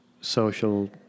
social